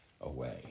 away